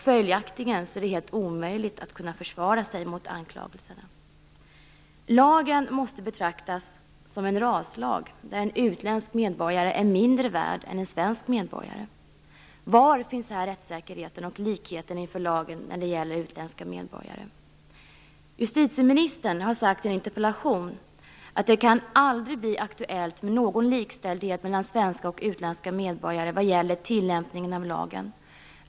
Följaktligen är det helt omöjligt att försvara sig mot anklagelserna. Lagen måste betraktas som en raslag, där en utländsk medborgare är mindre värd än en svensk medborgare. Var finns här rättssäkerheten och likheten inför lagen när det gäller utländska medborgare? Justitieministern har i en interpellation sagt: "Det kan aldrig bli aktuellt med någon likställdhet mellan svenska och utländska medborgare vad gäller tilllämpningen av lagen.